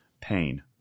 pain